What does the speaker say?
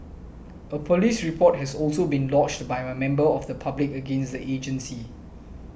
a police report has also been lodged by a member of the public against the agency